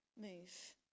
move